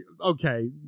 okay